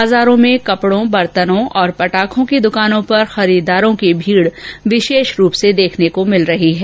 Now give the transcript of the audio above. बाजारो में कपड़ों वर्तनों और पटाखों की दुकानों पर खरीददारों की भीड़ विशेष रूप से देखने को मिल रही है